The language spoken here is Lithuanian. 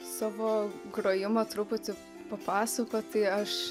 savo grojimo truputį papasakot tai aš